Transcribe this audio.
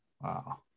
Wow